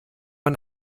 man